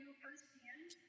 firsthand